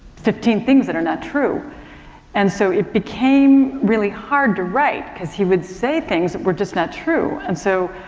fifteen things that are not true and so it became really hard to write because he would say things that were just not true. and so,